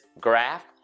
graph